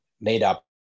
made-up